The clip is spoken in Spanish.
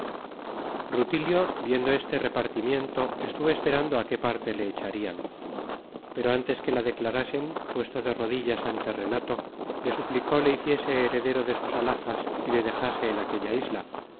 rutilio viendo este repartimiento estuvo esperando á qué parte le echarian pero antes que la declarasen puesto de rodillas ante renato le suplicó le hiciese heredero de sus alhajas y le dejase en aquella isla